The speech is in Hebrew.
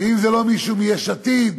ואם זה לא מישהו מיש עתיד,